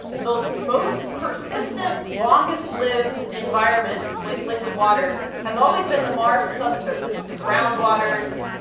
the most persistent, longest-lived environment with liquid water has always been the mars subsurface the groundwaters,